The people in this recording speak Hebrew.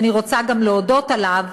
ואני רוצה גם להודות עליו,